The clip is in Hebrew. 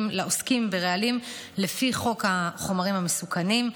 לעוסקים ברעלים לפי חוק החומרים המסוכנים,